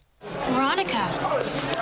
Veronica